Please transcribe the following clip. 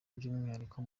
by’umwihariko